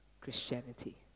Christianity